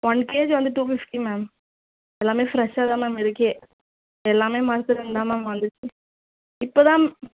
one KG வந்து two fifty ma'am எல்லாமே ஃப்ரெஷ்ஷாக தான் மேம் இருக்குது எல்லாமே மார்கெட்லேருந்து தான் மேம் வந்துச்சு இப்போ தான்